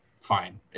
fine